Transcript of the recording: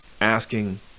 asking